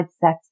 sex